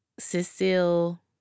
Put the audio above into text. Cecile